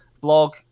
blog